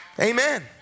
Amen